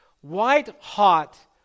white-hot